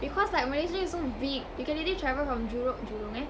because like malaysia is so big you can already travel from jurong jurong eh